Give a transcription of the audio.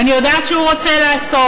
ואני יודעת שהוא רוצה לעשות.